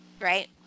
right